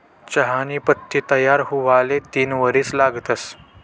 चहानी पत्ती तयार हुवाले तीन वरीस लागतंस